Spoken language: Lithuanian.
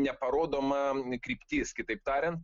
neparodoma kryptis kitaip tariant